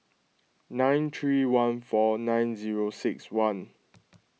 nine three one four nine zero six one